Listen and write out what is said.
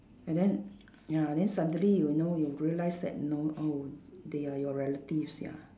and then ya then suddenly you know you realise that know oh they are your relatives ya